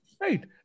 right